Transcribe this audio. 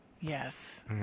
Yes